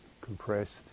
compressed